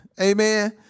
Amen